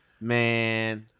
Man